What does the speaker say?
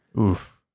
Oof